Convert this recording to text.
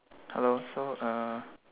hello so uh